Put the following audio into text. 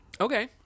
Okay